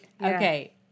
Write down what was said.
Okay